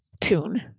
tune